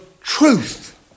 truth